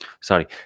sorry